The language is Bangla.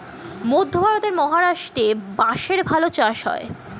মধ্যে ভারতের মহারাষ্ট্রে বাঁশের ভালো চাষ হয়